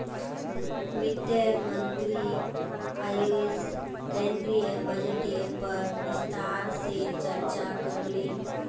वित्त मंत्री अयेज केंद्रीय बजटेर पर विस्तार से चर्चा करले